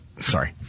Sorry